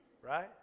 Right